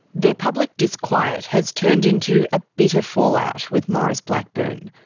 their public disquiet has turned into a bitter fallout with maurice blackburn.